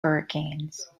hurricanes